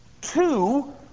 two